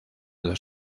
dos